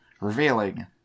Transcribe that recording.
revealing